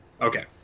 Okay